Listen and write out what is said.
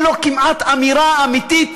אין לו כמעט אמירה אמיתית